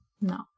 No